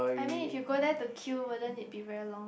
I mean if you go there to queue wouldn't it be very long